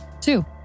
Two